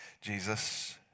Jesus